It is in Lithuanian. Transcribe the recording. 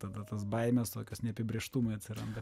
tada tas baimes tokios neapibrėžtumai atsiranda